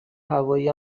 هوایی